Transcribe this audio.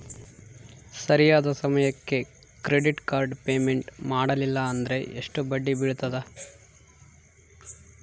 ಸರಿಯಾದ ಸಮಯಕ್ಕೆ credit card payment ಮಾಡಲಿಲ್ಲ ಅಂದ್ರೆ ಎಷ್ಟು ಬಡ್ಡಿ ಬೇಳ್ತದ?